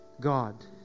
God